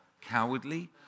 cowardly